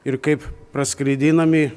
ir kaip praskraidinami